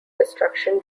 destruction